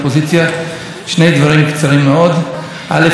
לפני כן ציינתי את יום החג שלי היום,